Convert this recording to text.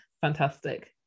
fantastic